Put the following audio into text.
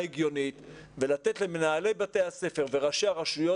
אפשר לתת למנהלי בתי הספר וראשי הרשויות